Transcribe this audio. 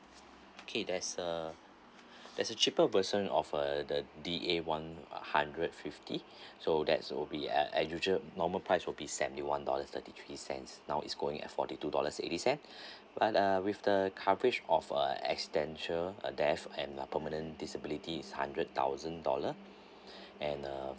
okat there's a there's a cheaper version of uh the D A one hundred fifty so that's will be at usual normal price will be seventy one dollars thirty three cents now is going at forty two dollars eighty cent but uh with the coverage of a accidental uh death and a permanent disabilities is hundred thousand dollar and uh